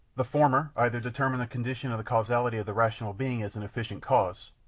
the former either determine the conditions of the causality of the rational being as an efficient cause,